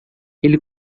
ele